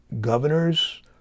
governors